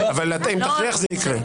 אבל אם תכריח, זה יקרה.